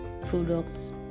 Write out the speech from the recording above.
products